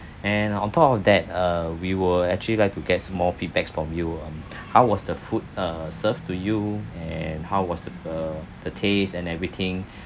and on top of that uh we will actually like to get more feedbacks from you um how was the food uh served to you and how was the uh the taste and everything